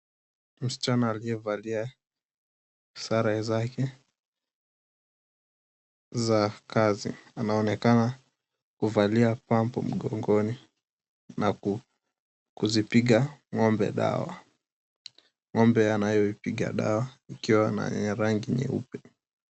Msichana aliyevalia sare zake za kazi, anaonekana kuvalia pump mgongoni na kuzipiga ng'ombe dawa. Ng'ombe anayoipiga dawa ikiwa ya rangi nyeupe.